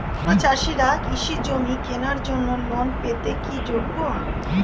ক্ষুদ্র চাষিরা কৃষিজমি কেনার জন্য লোন পেতে কি যোগ্য?